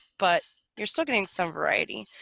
but you're still getting some variety.